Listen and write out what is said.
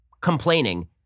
complaining